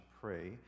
pray